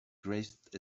grasped